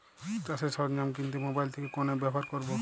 চাষের সরঞ্জাম কিনতে মোবাইল থেকে কোন অ্যাপ ব্যাবহার করব?